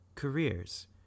careers